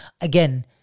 again